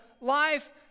life